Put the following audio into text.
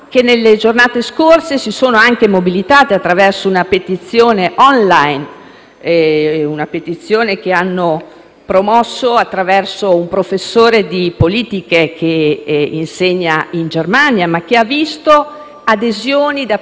una petizione *on line*, promossa da un professore che insegna in Germania, che ha visto l'adesione da parte di autorevoli nostre personalità. Abbiamo rettori di università straniere,